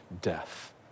death